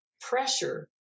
pressure